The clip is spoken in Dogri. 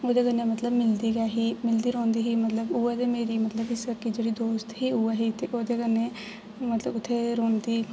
ओह्दे कन्नै मतलब मिलदी गै ही मतलब मिलदी रौह्ंदी ही मतलब उ'ऐ ते मेरी मतलब सक्की जेह्ड़ी दोस्त ही उ'ऐ ही ते ओह्दे कन्नै में मतलब उ'त्थें रौह्ंदी ही